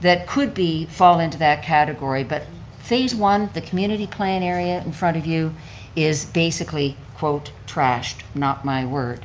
that could be, fall into that category, but phase one, the community plan area in front of you is basically quote, trashed, not my word.